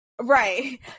right